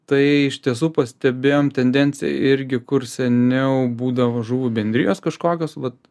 tai iš tiesų pastebėjom tendenciją irgi kur seniau būdavo žuvų bendrijos kažkokios vat